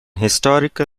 historical